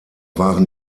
waren